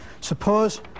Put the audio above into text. Suppose